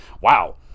Wow